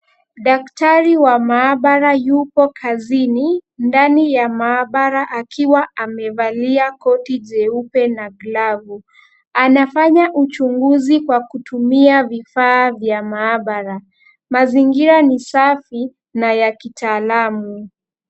Daktari wa maabara yupo kazini ndani ya maabara akiwa amevalia koti jeupe na glavu. Anafanya uchunguzi kwa kutumia vifaa vya maabara. Mazingira ni safi na ya kitaalamu.